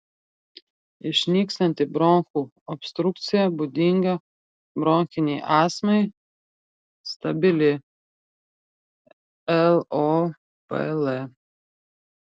išnykstanti bronchų obstrukcija būdinga bronchinei astmai stabili lopl